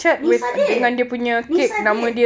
nisa did nisa did